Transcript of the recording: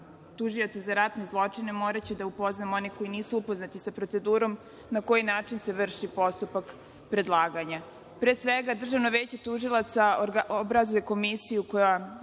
tužioca za ratne zločine moraću da upoznam one koji nisu upoznati sa procedurom na koji način se vrši postupak predlaganja. Pre svega, Državno veće tužilaca obrazuje komisiju koja